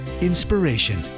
inspiration